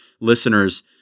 listeners